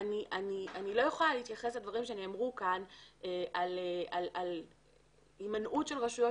אני לא יכולה להתייחס לדברים שנאמרו כאן על הימנעות של רשויות